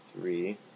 Three